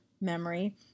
memory